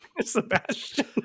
Sebastian